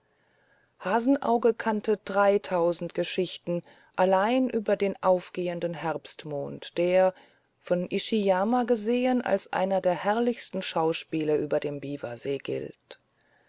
hasenauge kannte dreitausend geschichten allein über den aufgehenden herbstmond der von ishiyama gesehen als eines der herrlichsten schauspiele über den biwasee gilt